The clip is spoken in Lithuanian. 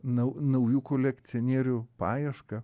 nau naujų kolekcionierių paiešką